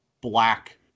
black